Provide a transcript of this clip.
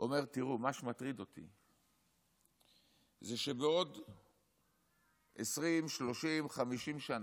אומר שמה שמטריד אותי זה שבעוד 20, 30, 50 שנה,